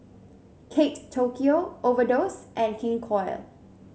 Kate Tokyo Overdose and King Koil